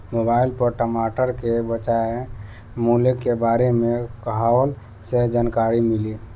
Mobile पर टमाटर के बजार मूल्य के बारे मे कहवा से जानकारी मिली?